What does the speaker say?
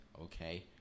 okay